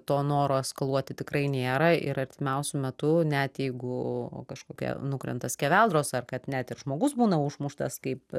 to noro eskaluoti tikrai nėra ir artimiausiu metu net jeigu kažkokia nukrenta skeveldros ar kad net ir žmogus būna užmuštas kaip